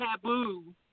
taboo